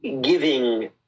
giving